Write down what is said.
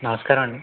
నమస్కారమండి